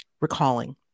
recalling